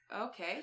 Okay